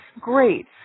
great